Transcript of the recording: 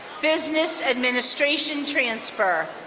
business administration transfer.